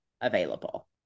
available